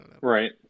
right